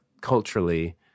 culturally